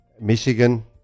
Michigan